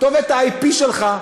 כתובת ה-IP שלך,